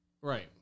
right